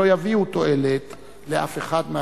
שלא יביאו תועלת לאף אחד מהצדדים.